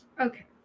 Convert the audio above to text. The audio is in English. okay